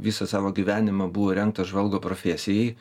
visą savo gyvenimą buvo rengtas žvalgo profesijai